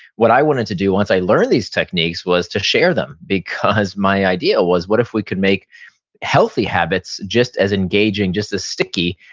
what i wanted to do, once i learned these techniques, was to share them. because my idea was, what if we could make healthy habits just as engaging, just as sticky,